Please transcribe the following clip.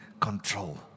control